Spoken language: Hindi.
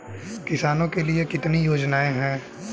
किसानों के लिए कितनी योजनाएं हैं?